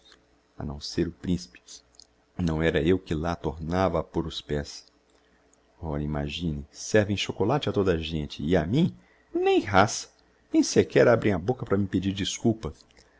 a não ser o principe não era eu que lá tornava a pôr os pés ora imagine servem chocolate a toda a gente e a mim nem raça nem sequer abrem a bocca para me pedir desculpa